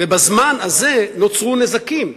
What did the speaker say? ובזמן הזה נוצרו נזקים,